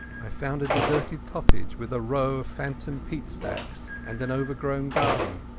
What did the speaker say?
i found a deserted cottage with a row of phantom peat-stacks and an overgrown garden.